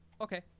Okay